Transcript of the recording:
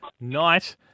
night